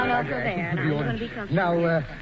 Now